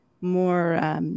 more